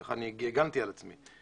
כך הגנתי על עצמי.